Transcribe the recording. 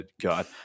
god